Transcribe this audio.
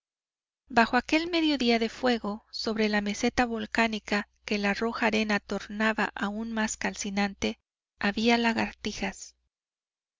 bajo aquel mediodía de fuego sobre la meseta volcánica que la roja arena tornaba aún más calcinante había lagartijas